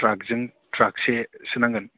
थ्राकजों थ्राकसेसो नांगोन